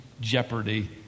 jeopardy